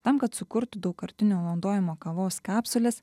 tam kad sukurtų daugkartinio naudojimo kavos kapsules